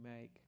make